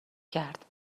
کرد